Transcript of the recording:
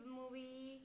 movie